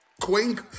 Queen